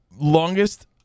longest